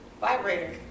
vibrator